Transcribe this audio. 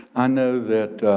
i know that